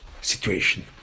situation